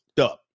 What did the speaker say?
up